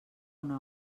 una